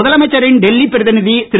முதலமைச்சரின் டெல்லி பிரதிநிதி திரு